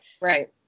Right